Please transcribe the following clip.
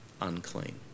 unclean